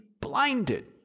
blinded